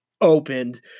opened